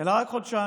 אלא רק חודשיים.